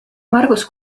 margus